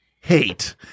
hate